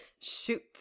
Shoot